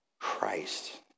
Christ